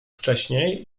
wcześniej